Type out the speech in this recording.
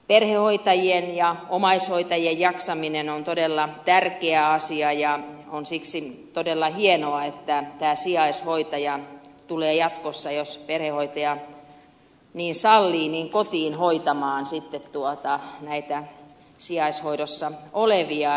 perhehoitajien ja omaishoitajien jaksaminen on todella tärkeä asia ja on siksi todella hienoa että sijaishoitaja tulee jatkossa jos perhehoitaja niin sallii kotiin hoitamaan sijaishoidossa olevia